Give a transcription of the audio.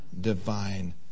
divine